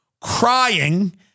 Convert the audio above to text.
crying